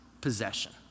possession